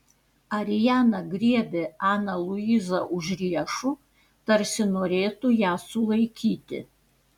ariana griebė aną luizą už riešų tarsi norėtų ją sulaikyti